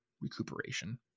recuperation